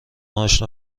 آشنا